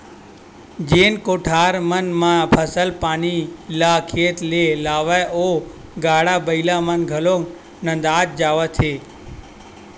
जेन कोठार मन म फसल पानी ल खेत ले लावय ओ गाड़ा बइला मन घलोक नंदात जावत हे